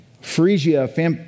Phrygia